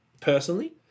personally